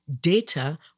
data